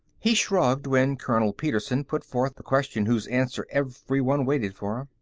he shrugged when colonel petersen put forth the question whose answer everyone waited for.